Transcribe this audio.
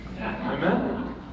Amen